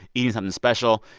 eating something special,